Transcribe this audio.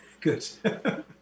good